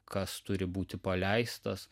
kas turi būti paleistas